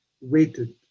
waited